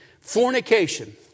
fornication